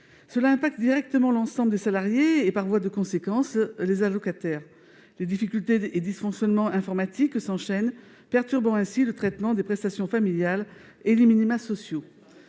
Cela impacte directement l'ensemble des salariés et, par voie de conséquence, les allocataires. Les difficultés et dysfonctionnements informatiques s'enchaînent, perturbant ainsi le traitement des prestations familiales et des minima sociaux.